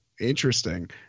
interesting